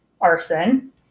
arson